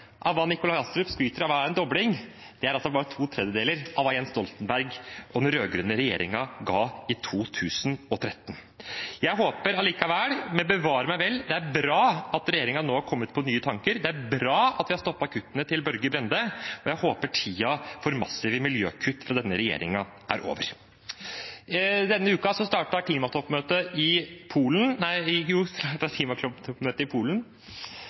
hva Nikolai Astrup skryter av at er en dobling, det er altså bare to tredjedeler av hva Jens Stoltenberg og den rød-grønne regjeringen ga i 2013. Men bevare meg vel. Det er bra at regjeringen nå har kommet på nye tanker og bra at de har stoppet kuttene til Børge Brende. Jeg håper tiden for massive miljøkutt fra denne regjeringen er over. Denne uken startet klimatoppmøtet i Polen.